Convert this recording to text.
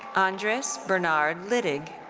andres bernard littig.